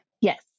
Yes